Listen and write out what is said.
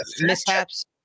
mishaps